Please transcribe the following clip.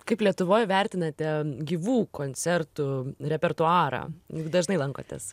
kaip lietuvoj vertinate gyvų koncertų repertuarą juk dažnai lankotės